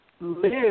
live